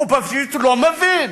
הוא פשוט לא מבין.